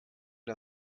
wir